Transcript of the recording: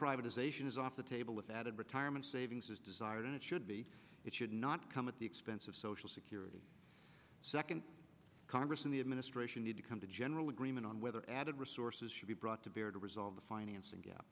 privatization is off the table with added retirement savings is desired and it should be it should not come at the expense of social security second congress and the administration need to come to general agreement on whether added sources should be brought to bear to resolve the financing gap